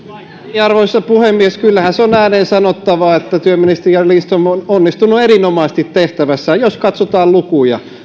arvoisa puhemies kyllähän se on ääneen sanottava että työministeri jari lindström on onnistunut erinomaisesti tehtävässään jos katsotaan lukuja